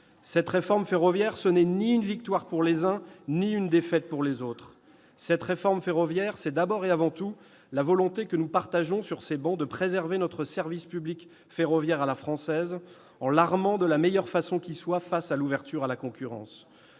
Cette réforme ferroviaire n'est ni une victoire pour les uns ni une défaite pour les autres. C'est d'abord et avant tout la volonté, partagée sur l'ensemble de ces travées, de préserver notre service public ferroviaire à la française en l'armant de la meilleure façon qui soit face à l'ouverture à la concurrence.